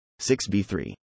6B3